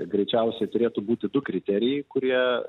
greičiausiai turėtų būti du kriterijai kurie